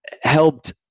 helped